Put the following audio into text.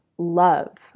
love